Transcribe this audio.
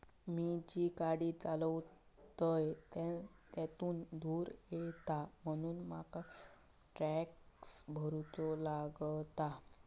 मी जी गाडी चालवतय त्यातुन धुर येता म्हणून मका टॅक्स भरुचो लागता